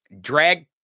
Drag